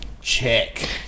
Check